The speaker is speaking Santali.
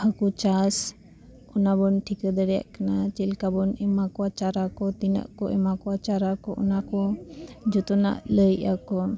ᱦᱟᱹᱠᱩ ᱪᱟᱥ ᱚᱱᱟᱵᱚᱱ ᱴᱷᱤᱠᱟᱹ ᱫᱟᱲᱮᱭᱟᱜ ᱠᱟᱱᱟ ᱪᱮᱫ ᱞᱮᱠᱟᱵᱚᱱ ᱮᱢᱟ ᱠᱚᱣᱟ ᱪᱟᱨᱟ ᱠᱚ ᱛᱤᱱᱟᱹᱜ ᱠᱚ ᱮᱢᱟ ᱠᱚᱣᱟ ᱪᱟᱨᱟ ᱠᱚ ᱚᱱᱟᱠᱚ ᱡᱚᱛᱚᱱᱟᱜ ᱞᱟᱹᱭ ᱮᱫᱟᱠᱚ